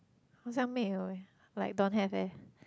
好像没有 eh like don't have eh